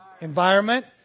Environment